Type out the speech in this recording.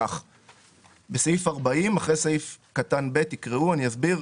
זכאים היא הנחה שהיא לא בהכרח סבירה ואני אסביר.